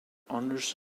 honors